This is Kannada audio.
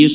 ಎಸ್